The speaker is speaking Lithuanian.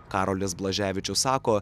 karolis blaževičius sako